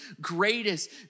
greatest